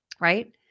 right